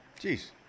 Jeez